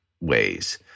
ways